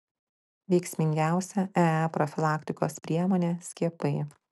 veiksmingiausia ee profilaktikos priemonė skiepai